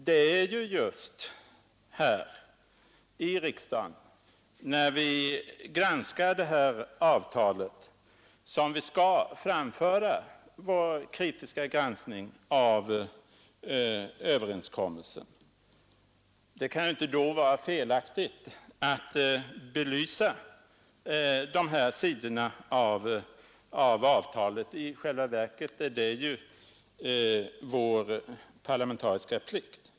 Det är ju just när vi i riksdagen granskar detta avtal som vi skall framföra våra kritiska synpunkter på överenskommelsen. Det kan då inte vara felaktigt att belysa de här sidorna av avtalet — i själva verket är det vår parlamentariska plikt.